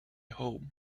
hope